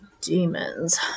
Demons